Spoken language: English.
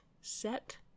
set